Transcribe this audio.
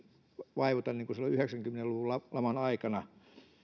vaivuta kuin silloin yhdeksänkymmentä luvun laman aikana